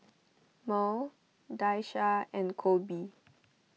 Mearl Daisha and Kolby